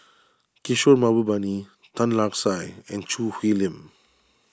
Kishore Mahbubani Tan Lark Sye and Choo Hwee Lim